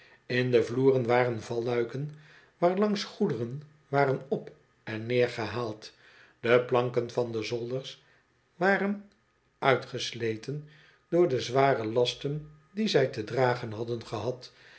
in de vloeren waren valluiken waarlangs goederen waren op en neer gehaald de planken van de zolders waren uitgesleten door de zware lasten die zij te dragen hadden gehad